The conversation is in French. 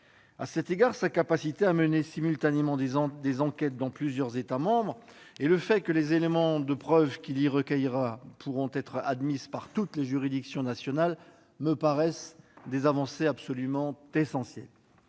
À cet égard, sa capacité à mener des enquêtes dans plusieurs États membres simultanément et le fait que les éléments de preuves qu'il y recueillera pourront être admis par toutes les juridictions nationales me paraissent représenter des avancées absolument essentielles.